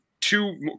two